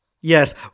Yes